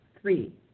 three